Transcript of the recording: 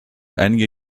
einige